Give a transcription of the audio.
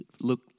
look